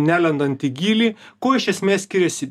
nelendant į gylį kuo iš esmės skiriasi